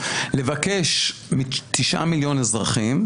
זה לבקש מ-9 מיליון אזרחים,